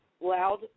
loud